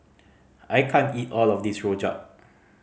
I can't eat all of this rojak